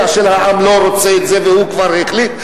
של העם לא רוצה את זה והוא כבר החליט.